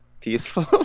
peaceful